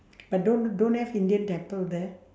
but don't don't have indian temple there